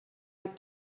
had